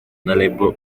label